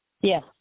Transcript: Yes